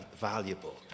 valuable